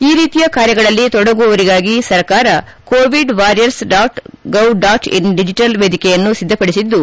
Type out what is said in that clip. ಈ ರೀತಿಯ ಕಾರ್ಯಗಳಲ್ಲಿ ತೊಡಗುವವರಿಗಾಗಿ ಸರ್ಕಾರ ಕೋವಿಡ್ ವಾರಿಯರ್ಸ್ ಡಾಟ್ಗೌಡಾಟ್ಇನ್ ಡಿಜೆಟಲ್ ವೇದಿಕೆಯನ್ನು ಸಿದ್ಧಪಡಿಸಿದ್ದು